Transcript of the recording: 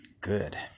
good